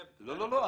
לא, לא.